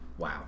Wow